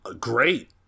Great